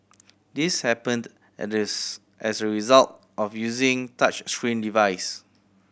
this happened and as a result of using touchscreen device